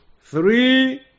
three